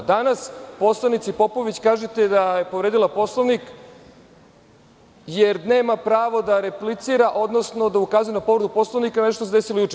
Danas poslanici Popović kažete da je povredila Poslovnik jer nema pravo da replicira, odnosno da ukazuje na povredu Poslovnika na nešto što se desilo juče.